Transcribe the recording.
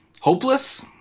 hopeless